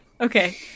Okay